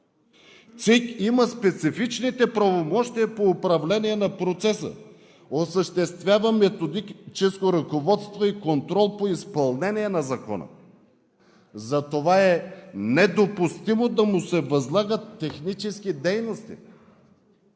ЦИК има специфичните правомощия по управление на процеса – осъществява методическо ръководство и контрол по изпълнение на закона, затова е недопустимо да му се възлагат технически дейности.